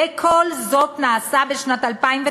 וכל זה נעשה בשנת 2009,